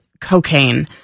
cocaine